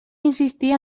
insistir